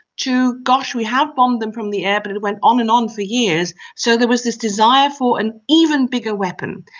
to gosh we have bombed them from the air but it went on and on for years. so there was this desire for an even bigger weapon.